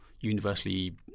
universally